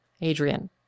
Adrian